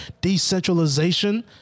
decentralization